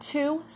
Two